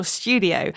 studio